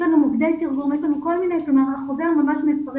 יש לנו מוקדי תרגום והחוזר ממש מפרט